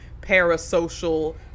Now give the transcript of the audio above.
parasocial